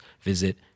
visit